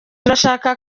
turashaka